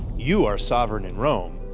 you are sovereign in rome,